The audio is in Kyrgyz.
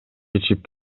ичип